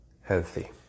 healthy